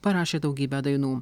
parašė daugybę dainų